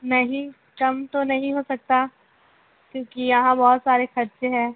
نہیں کم تو نہیں ہو سکتا کیونکہ یہاں بہت سارے خرچے ہیں